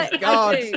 God